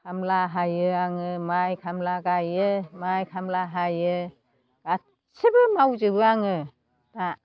खामला हायो आङो माइ खामला गायो माइ खामला हायो गासिबो मावजोबो आङो दा